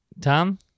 tom